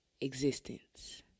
existence